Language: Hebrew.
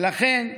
ולכן,